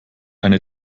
eine